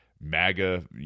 MAGA